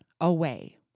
away